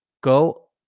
Go